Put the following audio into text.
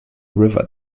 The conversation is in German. river